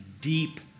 deep